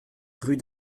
rue